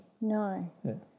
No